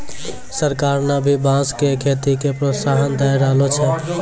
सरकार न भी बांस के खेती के प्रोत्साहन दै रहलो छै